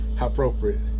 appropriate